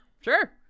Sure